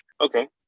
Okay